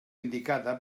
indicada